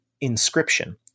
inscription